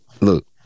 look